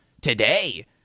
today